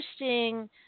interesting